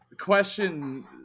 question